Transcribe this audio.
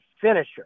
finisher